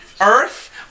Earth